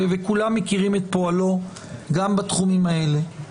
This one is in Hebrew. כולם מכירים את פועלו גם בתחומים האלה.